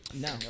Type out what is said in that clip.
No